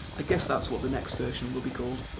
i guess that's what the next version will be called.